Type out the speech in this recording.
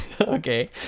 okay